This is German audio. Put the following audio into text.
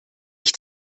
ich